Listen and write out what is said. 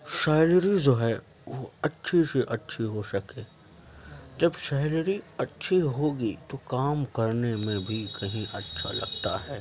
salary جو ہے وہ اچھی سے اچھی ہو سکے جب سیلری اچھی ہوگی تو کام کرنے میں بھی کہیں اچھا لگتا ہے